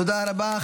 תודה רבה.